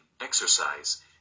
exercise